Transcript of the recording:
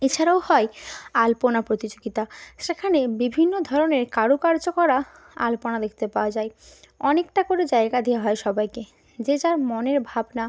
এছাড়াও হয় আলপনা প্রতিযোগিতা সেখানে বিভিন্ন ধরনের কারুকার্য করা আলপনা দেখতে পাওয়া যায় অনেকটা করে জায়গা দেওয়া হয় সবাইকে যে যার মনের ভাবনা